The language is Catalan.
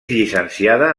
llicenciada